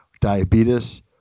diabetes